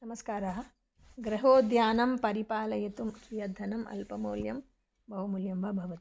नमस्कारः गृहोद्यानं परिपालयितुं कियद्धनम् अल्पमौल्यं बहु मूल्यं वा भवति